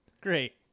Great